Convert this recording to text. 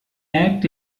acts